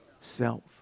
Self